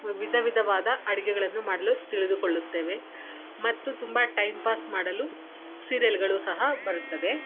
ವಿಧ ವಿಧವಾದ ಅಡುಗೆಗಳನ್ನು ಮಾಡಲು ತಿಳಿದುಕೊಳ್ಳುತ್ತೇವೆ ಮತ್ತು ತುಂಬ ಟೈಮ್ ಪಾಸ್ ಮಾಡಲು ಸೀರಿಯಲ್ಗಳು ಸಹ ಬರುತ್ತದೆ